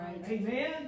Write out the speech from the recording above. Amen